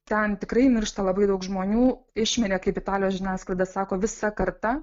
ten tikrai miršta labai daug žmonių išmirė kaip italijos žiniasklaida sako visa karta